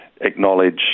acknowledge